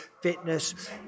fitness